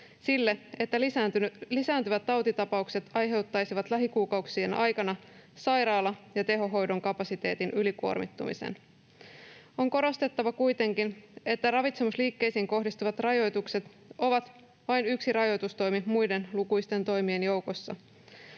uhkaa, että lisääntyvät tautitapaukset aiheuttaisivat lähikuukausien aikana sairaala- ja tehohoidon kapasiteetin ylikuormittumisen. On korostettava kuitenkin, että ravitsemusliikkeisiin kohdistuvat rajoitukset ovat vain yksi rajoitustoimi muiden lukuisten toimien joukossa.